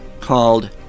called